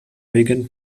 eugen